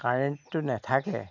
কাৰেণ্টটো নেথাকে